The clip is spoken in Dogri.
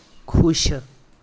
खुश